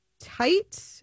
tight